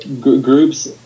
groups